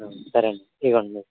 సరే అండి ఇదిగోండి